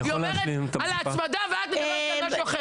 היא אומרת על ההצמדה ואת מדברת על משהו אחר.